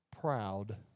proud